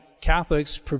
Catholics